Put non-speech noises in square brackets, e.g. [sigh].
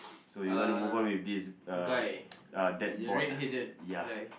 so you want to move on with this uh [noise] uh that board ah ya